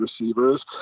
receivers